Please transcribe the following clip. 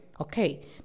Okay